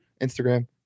instagram